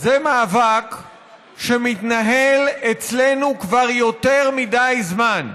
זה מאבק שמתנהל אצלנו כבר יותר מדי זמן.